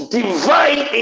divine